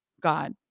God